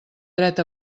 dret